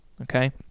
okay